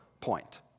point